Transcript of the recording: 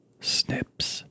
Snips